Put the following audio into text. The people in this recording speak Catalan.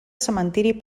cementiri